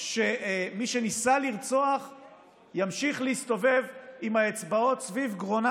שמי שניסה לרצוח ימשיך להסתובב סביב גרונה